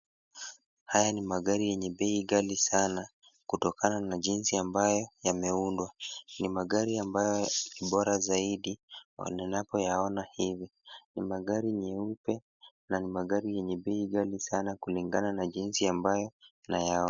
Haya ni magari yenye bei ghali sana kutokana na jinsi ambayo yameundwa. Ni magari ambayo ni bora zaidi unapoyaona hivi. Ni magari meupe na ni magari yenye bei ghali sana kulingana na jinsi ambayo unayoyaona.